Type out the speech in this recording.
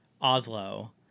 Oslo